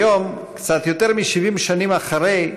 היום, קצת יותר מ-70 שנים אחרי,